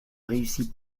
réussit